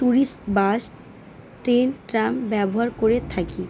tourist bus train tram ব্যবহার করে থাকি